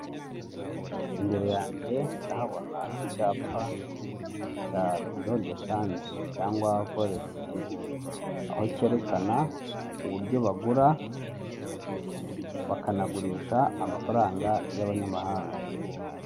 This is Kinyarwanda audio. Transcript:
Imbere yanjye ndahabona icyapa cya biro deshange cyangwa foregisi biro, aho cyerekana uburyo bagura, bakanagurisha amafaranga y'abanyamahanga.